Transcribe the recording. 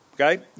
Okay